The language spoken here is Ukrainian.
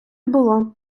було